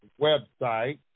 website